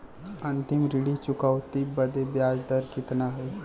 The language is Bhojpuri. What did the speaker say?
अंतिम ऋण चुकौती बदे ब्याज दर कितना होई?